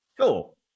Cool